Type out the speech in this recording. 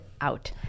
out